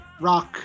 rock